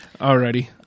alrighty